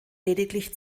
lediglich